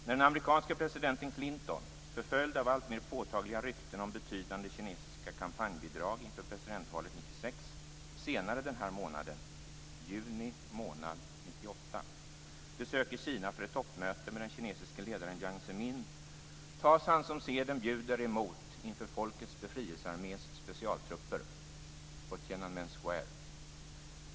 När den amerikanske presidenten Clinton, förföljd av alltmer påtagliga rykten om betydande kinesiska kampanjbidrag inför presidentvalet 1996, senare denna månad - juni månad 1998 - besöker Kina för ett toppmöte med den kinesiske ledaren Jiang Zemin tas han som seden bjuder emot inför Folkets befrielsearmés specialtrupper - på Tienanmen Square.